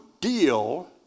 deal